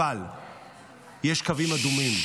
אבל יש קווים אדומים,